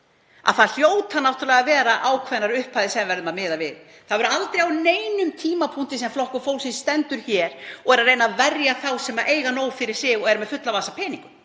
að það hljóti náttúrlega að vera ákveðnar upphæðir sem við verðum að miða við. Það verður aldrei á neinum tímapunkti sem Flokkur fólksins stendur hér og reynir að verja þá sem eiga nóg fyrir sig og eru með fulla vasa af peningum.